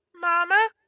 Mama